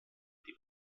die